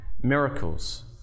miracles